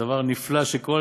דבר נפלא שקורה,